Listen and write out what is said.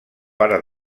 pare